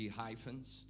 hyphens